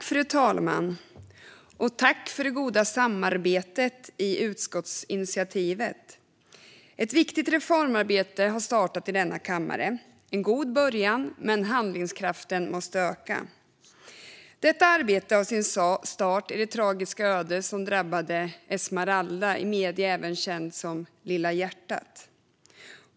Fru talman! Jag tackar för det goda samarbetet i utskottsinitiativet. Ett viktigt reformarbete har startat i denna kammare. Det är en god början, men handlingskraften måste öka. Detta arbete har sin start i det tragiska öde som drabbade Esmeralda, i medier även känd som Lilla hjärtat.